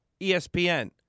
ESPN